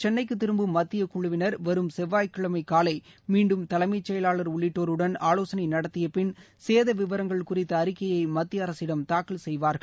சென்ளைக்கு திரும்பும் மத்தியக்குழுவினர் வரும் செவ்வாய்கிழமை காலை மீண்டும் தலைமச் செயலாளர் உள்ளிட்டோருடன் ஆலோசனை நடத்தியபின் சேத விவரங்கள் குறித்த அறிக்கைய மத்திய அரசிடம் தாக்கல் செய்வார்கள்